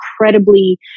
incredibly